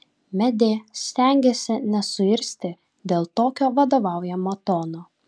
medė stengėsi nesuirzti dėl tokio vadovaujamo tono